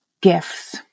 gifts